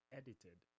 edited